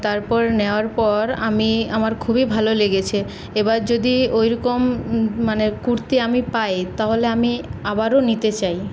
তারপর নেওয়ার পর আমি আমার খুবই ভালো লেগেছে এবার যদি ওইরকম মানে কুর্তি আমি পাই তাহলে আমি আবারও নিতে চাই